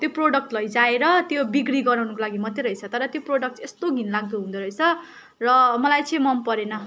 त्यो प्रडक्ट लैजाएर त्यो विक्री गराउनको लागि मात्रै रहेछ तर त्यो प्रडक्ट चाहिँ यस्तो घिनलाग्दो हुँदोरहेछ र मलाई चाहिँ मनपरेन